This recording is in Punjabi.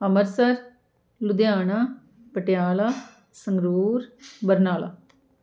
ਅੰਮ੍ਰਿਤਸਰ ਲੁਧਿਆਣਾ ਪਟਿਆਲਾ ਸੰਗਰੂਰ ਬਰਨਾਲਾ